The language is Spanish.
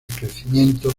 crecimiento